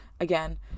Again